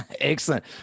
Excellent